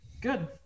good